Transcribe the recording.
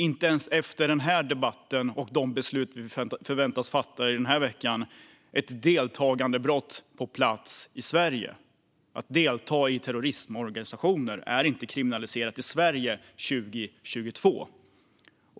Inte ens efter den här debatten och de beslut vi förväntas fatta den här veckan är ett deltagandebrott på plats i Sverige. Att delta i terroristorganisationer är inte kriminaliserat i Sverige 2022.